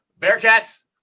Bearcats